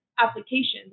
applications